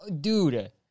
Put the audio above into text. dude